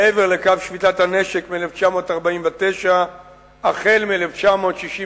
מעבר לקו שביתת הנשק מ-1949, החל מ-1968,